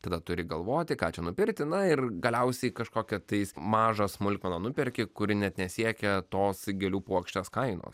tada turi galvoti ką čia nupirkti na ir galiausiai kažkokią tai mažą smulkmeną nuperki kuri net nesiekia tos gėlių puokštės kainos